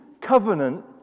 covenant